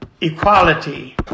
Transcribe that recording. equality